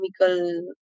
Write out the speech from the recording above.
chemical